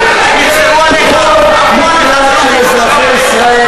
הדברים נרשמו.